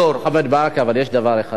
חבר הכנסת ברכה, אבל יש דבר אחד מאוד ברור.